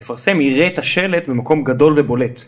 תפרסם יראה את השלט במקום גדול ובולט